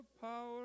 power